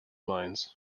mines